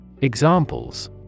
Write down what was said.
Examples